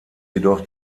jedoch